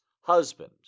husband